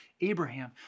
Abraham